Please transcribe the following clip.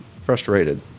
frustrated